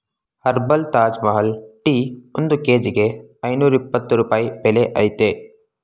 herbal Taj Mahal tea ಒಂದ್ ಕೇಜಿಗೆ ಐನೂರ್ಯಪ್ಪತ್ತು ರೂಪಾಯಿ ಬೆಲೆ ಅಯ್ತೇ